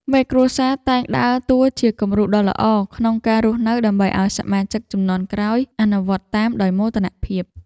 មេគ្រួសារតែងដើរតួជាគំរូដ៏ល្អក្នុងការរស់នៅដើម្បីឱ្យសមាជិកជំនាន់ក្រោយអនុវត្តតាមដោយមោទនភាព។